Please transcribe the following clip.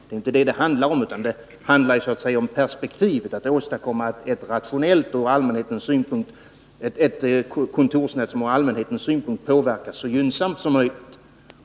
Det är inte detta det handlar om, utan det handlar om perspektivet att åstadkomma ett kontorsnät som är rationellt och från allmänhetens synpunkt så gynnsamt som möjligt.